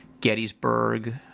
Gettysburg